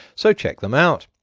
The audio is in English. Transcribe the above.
so check them out.